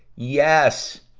yes!